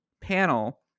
panel